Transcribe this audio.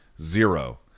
zero